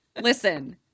listen